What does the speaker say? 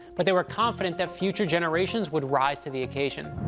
but they were confident that future generations would rise to the occasion.